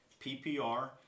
PPR